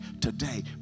Today